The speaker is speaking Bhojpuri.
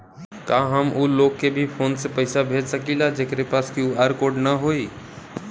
का हम ऊ लोग के भी फोन से पैसा भेज सकीला जेकरे पास क्यू.आर कोड न होई?